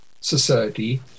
society